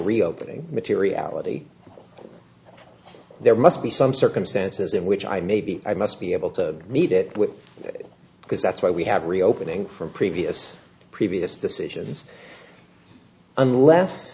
reopening materiality there must be some circumstances in which i may be i must be able to meet it with because that's what we have reopening from previous previous decisions unless